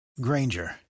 Granger